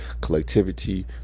collectivity